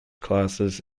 classes